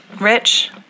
Rich